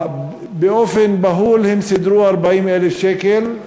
באופן בהול הם סידרו 40,000 שקל,